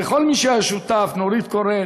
נורית קורן